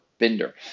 Binder